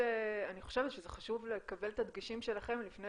אני חושבת שזה חשוב לקבל את הדגשים שלכם לפני